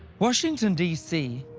washington, dc,